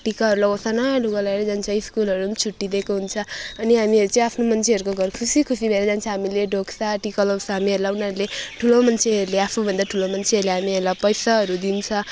टिकाहरू लगाउँछ नयाँ लुगा लगाएर जान्छ स्कुलहरू पनि छुट्टी दिएको हुन्छ अनि हामीहरूले चाहिँ आफ्नो मान्छेहरूको घर खुसी खुसी भएर जान्छ हामीले ढोग्छ टिका लगाउँछ हामीहरूलाई उनीहरूले ठुलो मान्छेहरूले आफूभन्दा ठुलो मान्छेहरूले हामीहरूलाई पैसाहरू दिन्छ